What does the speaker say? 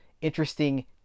interesting